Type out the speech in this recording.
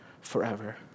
forever